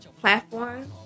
platform